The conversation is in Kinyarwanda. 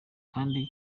kandi